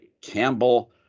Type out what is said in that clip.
Campbell